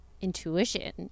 intuition